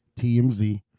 TMZ